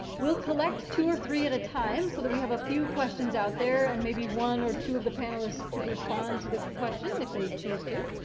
we'll collect two or three at a time so that we have a few questions out there and maybe one or two of the panelists could respond to the question if they choose to.